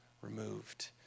removed